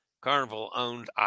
Carnival-owned